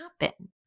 happen